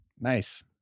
Nice